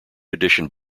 edition